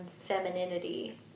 femininity